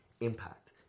Impact